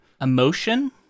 emotion